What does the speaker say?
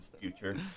future